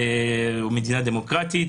מדינה דמוקרטית,